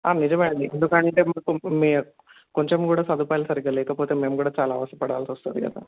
నిజమే అది ఎందుకని అంటే మీ కొంచం కూడా సదుపాయలు సరిగా లేకపోతే మేము కూడా చాలా అవస్థ పడాల్సి వస్తుంది కదా